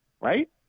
right